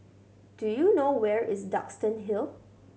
do you know where is Duxton Hill